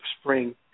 spring